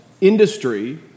industry